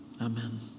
Amen